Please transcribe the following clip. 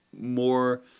more